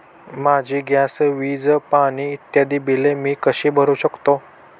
माझी गॅस, वीज, पाणी इत्यादि बिले मी कशी भरु शकतो?